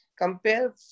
Compare